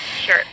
Sure